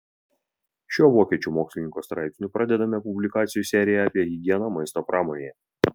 šiuo vokiečių mokslininkų straipsniu pradedame publikacijų seriją apie higieną maisto pramonėje